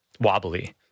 wobbly